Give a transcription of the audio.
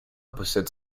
possède